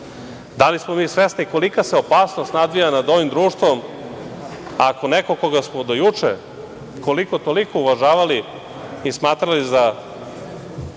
li smo mi svesni kolika se opasnost nadvija nad ovim društvom ako neko koga do smo juče koliko, toliko uvažavali i smatrali za